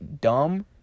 dumb